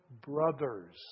brothers